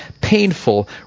painful